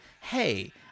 Hey